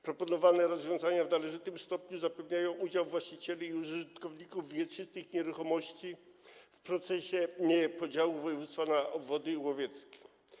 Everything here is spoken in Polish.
Proponowane rozwiązania w należytym stopniu zapewniają udział właścicieli i użytkowników wieczystych nieruchomości w procesie podziału województwa na obwody łowieckie.